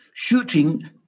Shooting